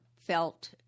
felt